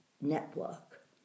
network